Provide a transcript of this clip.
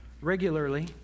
regularly